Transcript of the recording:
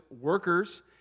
workers